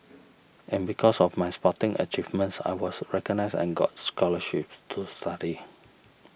and because of my sporting achievements I was recognised and got scholarships to study